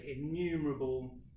innumerable